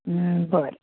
बरें